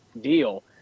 deal